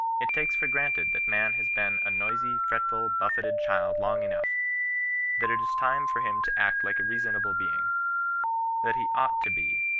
it takes for granted that man has been a noisy, fretful, buffeted child long enough that it is time for him to act like a reasonable being that he ought to be,